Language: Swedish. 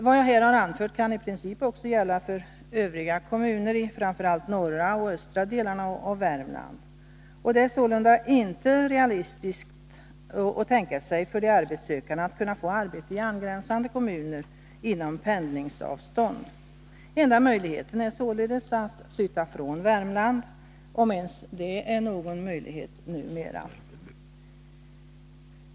Vad jag här har anfört kan i princip också gälla för övriga kommuner i framför allt norra och östra delarna av Värmland. Det är sålunda inte realistiskt för de arbetssökande att tänka sig att kunna få arbete i angränsande kommuner inom pendlingsavstånd. Enda möjligheten är således att flytta från Värmland — om ens det är någon möjlighet numera.